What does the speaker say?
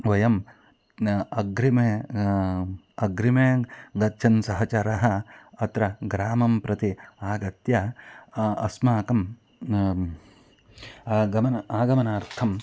वयम् अग्रिमे अग्रिमः गच्छन् सहचारः अत्र ग्रामं प्रति आगत्य अस्माकं गमनम् आगमनार्थम्